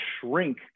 shrink